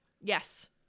Yes